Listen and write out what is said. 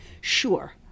Sure